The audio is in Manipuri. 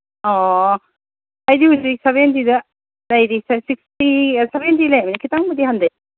ꯑꯣ ꯑꯩꯗꯤ ꯍꯧꯖꯤꯛ ꯁꯚꯦꯟꯇꯤꯗ ꯂꯩꯔꯤ ꯁꯤꯛꯁꯇꯤ ꯁꯚꯦꯟꯇꯤ ꯂꯩ ꯈꯤꯇꯪꯕꯨꯗꯤ ꯍꯟꯗꯩ